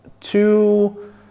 two